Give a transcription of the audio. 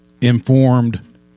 informed